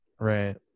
right